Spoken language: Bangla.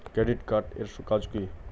ক্রেডিট কার্ড এর কাজ কি?